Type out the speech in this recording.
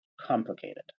complicated